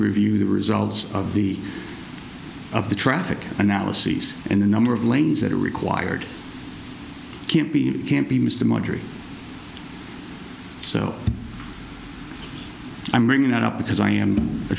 review the results of the of the traffic analyses and the number of lanes that are required can't be can't be missed to marjorie so i'm bringing that up because i am